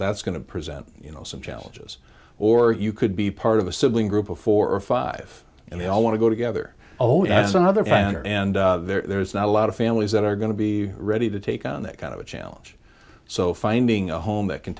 that's going to present you know some challenges or you could be part of a sibling group of four or five and they all want to go together oh that's another matter and there's not a lot of families that are going to be ready to take on that kind of a challenge so finding a home that can